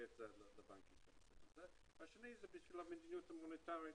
ומעבירה לבנק ישראל והשנייה זה בשביל מידניות הומניטארית,